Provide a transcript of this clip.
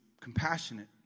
compassionate